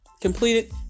completed